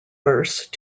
verse